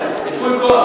אתה רואה,